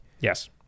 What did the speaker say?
Yes